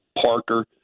Parker